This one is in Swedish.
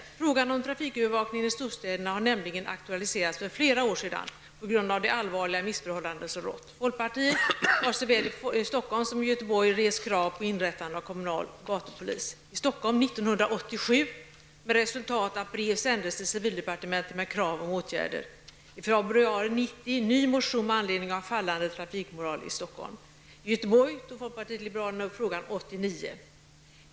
Frågan om trafikövervakningen i storstäderna har nämligen aktualiserats för flera år sedan på grund av de allvarliga missförhållanden som rått. Folkpartiet har såväl i Stockholm som i Göteborg rest krav på inrättande av kommunal gatupolis. Det skedde i Stockholm 1987, med resultat att brev sändes till civildepartementet med krav på åtgärder. I februari 1990 väcktes en ny motion med anledning av fallande trafikmoral i Stockholm. I Göteborg tog folkpartiet liberalerna upp frågan 1989.